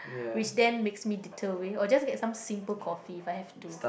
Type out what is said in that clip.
which then makes me deter away or just get some simple coffee if I have to